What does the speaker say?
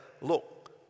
look